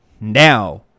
Now